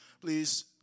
please